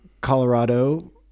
Colorado